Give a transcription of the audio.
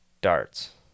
darts